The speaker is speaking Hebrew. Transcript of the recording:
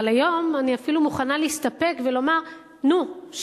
אבל היום אני אפילו מוכנה להסתפק ולומר: נו,